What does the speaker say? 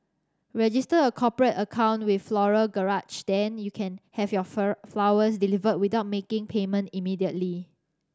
register a cooperate account with Floral Garage then you can have your fur flowers delivered without making payment immediately